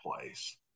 place